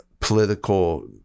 Political